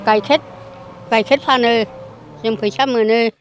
गाइखेर गाइखेर फानो जों फैसा मोनो